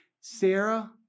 Sarah